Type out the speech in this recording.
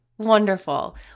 Wonderful